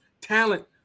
talent